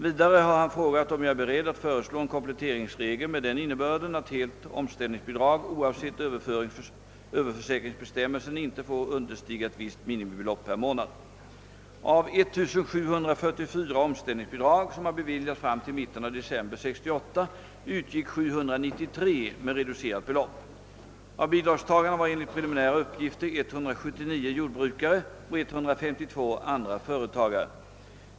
Vidare har han frågat om jag är beredd att föreslå en kompletteringsregel med den innebörden, att helt omställningsbidrag oavsett överförsäkringsbestämmelsen inte får understiga ett visst minimibelopp per månad. Av 1744 omställningsbidrag som har beviljats fram till mitten av december 1968 utgick 793 med reducerat belopp. Av bidragstagarna var enligt preliminära uppgifter 179 jordbrukare och 152 andra företagare.